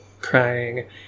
crying